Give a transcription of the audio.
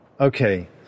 Okay